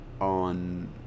on